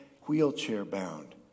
wheelchair-bound